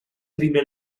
prime